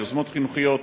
יוזמות חינוכיות